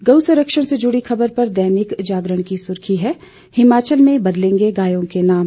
गऊ संरक्षण से जुड़ी ख़बर पर दैनिक जागरण की सुर्खी है हिमाचल में बदलेंगे गायों के नाम